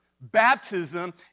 baptism